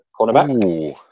cornerback